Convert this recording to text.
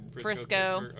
Frisco